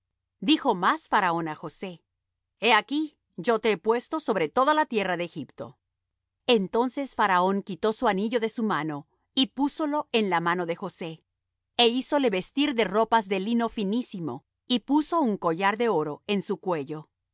dijo más faraón á josé he aquí yo te he puesto sobre toda la tierra de egipto entonces faraón quitó su anillo de su mano y púsolo en la mano de josé é hízole vestir de ropas de lino finísimo y puso un collar de oro en su cuello e